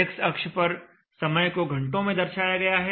x अक्ष पर समय को घंटों में दर्शाया गया है